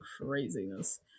craziness